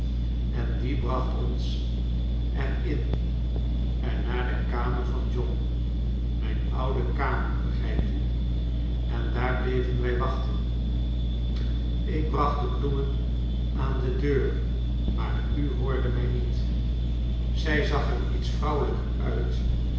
en die bracht ons er in en naar de kamer van john mijn oude kamer begrijpt u en daar bleven wij wachten ik bracht de bloemen aan de dear maar u hoorde mij niet zij zag er iets vrouwelijker uit